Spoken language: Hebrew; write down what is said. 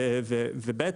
ב',